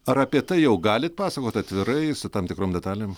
ar apie tai jau galit pasakot atvirai su tam tikrom detalėm